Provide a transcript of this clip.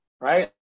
right